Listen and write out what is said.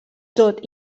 tot